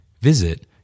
Visit